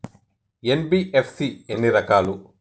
NBFC ఎన్ని రకాలు?